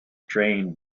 drained